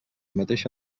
mateixa